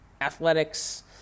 athletics